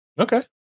Okay